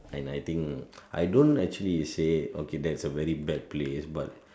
and I think I don't actually say okay that's a very bad place but